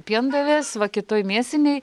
piendavės va kitoj mėsiniai